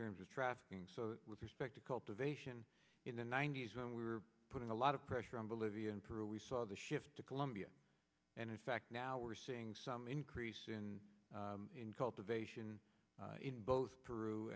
terms of trafficking so with respect to cultivation in the ninety's when we were putting a lot of pressure on bolivia and peru we saw the shift to colombia and in fact now we're seeing some increase in cultivation in both peru